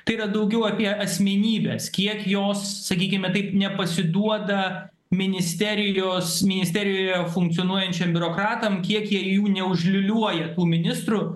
tai yra daugiau apie asmenybes kiek jos sakykime taip nepasiduoda ministerijos ministerijoje funkcionuojančiam biurokratam kiek jie jų neužliūliuoja tų ministrų